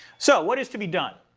so what is to be done?